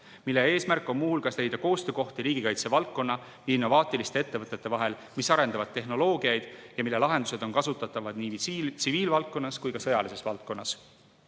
Selle eesmärk on muuhulgas leida koostöökohti riigikaitse valdkonna ja innovaatiliste ettevõtete vahel, mis arendavad tehnoloogiat ja mille lahendused on kasutatavad nii tsiviilvaldkonnas kui ka sõjalises valdkonnas.